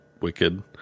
wicked